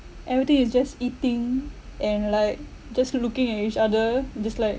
everything is just eating and like just looking at each other just like